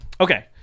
okay